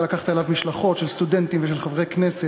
אתה לקחת אליו משלחות של סטודנטים ושל חברי כנסת,